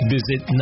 Visit